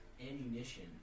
ammunition